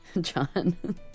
John